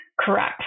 Correct